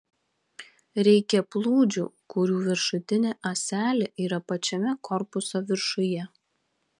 reikia plūdžių kurių viršutinė ąselė yra pačiame korpuso viršuje